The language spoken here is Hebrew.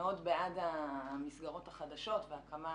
מאוד בעד המסגרות החדשות והקמה